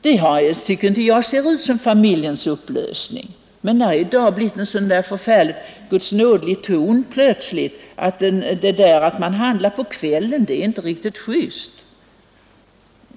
Det tycker då inte jag ser ut som någon familjens upplösning. Men här har vi plötsligt fått en förfärligt gudsnåderlig ton i debatten; detta att handla på kvällen är inte riktigt just.